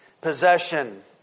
possession